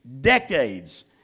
decades